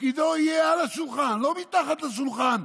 שתפקידו יהיה על השולחן, לא מתחת לשולחן,